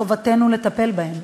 חובתנו לטפל בהם.